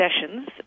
sessions